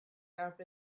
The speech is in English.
earth